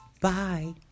Bye